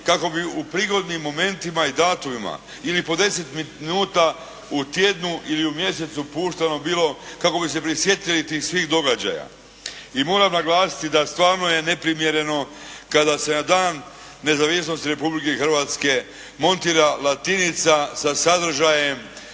kako bi u prigodnim momentima i datumima ili po deset minuta u tjednu ili u mjesecu puštano bilo kako bi se prisjetili tih svih događaja. I moram naglasiti da stvarno je neprimjereno kada se na Dan nezavisnosti Republike Hrvatske montira "Latinica" sa sadržajem